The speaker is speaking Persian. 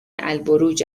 البروج